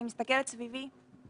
אני מסתכלת סביבי,